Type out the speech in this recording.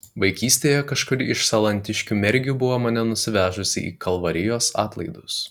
vaikystėje kažkuri iš salantiškių mergių buvo mane nusivežusi į kalvarijos atlaidus